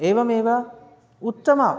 एवमेव उत्तमम्